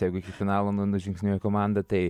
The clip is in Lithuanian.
jeigu iki finalo nu nužingsniuoja komanda tai